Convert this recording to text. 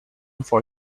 for